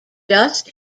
dust